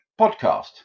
podcast